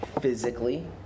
physically